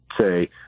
say –